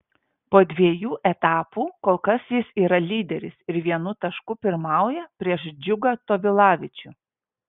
po dviejų etapų kol kas jis yra lyderis ir vienu tašku pirmauja prieš džiugą tovilavičių